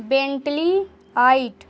Bentley آئٹ